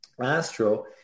Astro